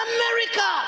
America